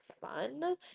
fun